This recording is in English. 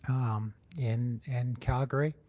um in and calgary